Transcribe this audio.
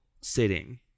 sitting